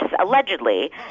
allegedly